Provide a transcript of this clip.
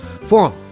forum